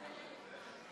ש"ס